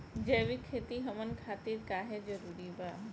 जैविक खेती हमन खातिर काहे जरूरी बा?